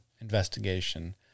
investigation